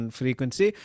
frequency